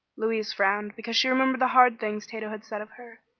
louise frowned because she remembered the hard things tato had said of her.